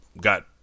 got